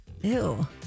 Ew